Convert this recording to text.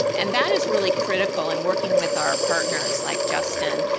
and that is really critical in working with our partners, like justin,